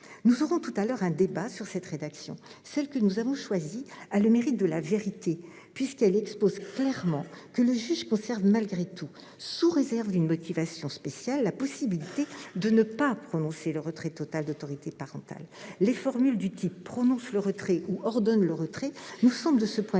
Nous aurons tout à l'heure un débat sur cette rédaction : celle que nous avons choisie a le mérite de la vérité puisqu'elle expose clairement que le juge conserve malgré tout, sous réserve d'une motivation spéciale, la possibilité de ne pas prononcer le retrait total de l'autorité parentale. Les formules du type « prononce le retrait » ou « ordonne le retrait » nous semblent de ce point